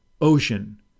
Ocean